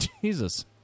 Jesus